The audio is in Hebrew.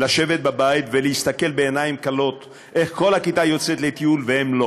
לשבת בבית ולהסתכל בעיניים כלות איך כל הכיתה יוצאת לטיול והם לא